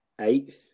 eighth